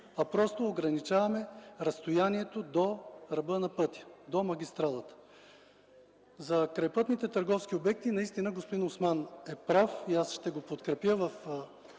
а ограничаваме разстоянието до ръба на пътя, до магистралата. За крайпътните търговски обекти, наистина господин Осман е прав и ще го подкрепя в